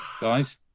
guys